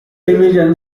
division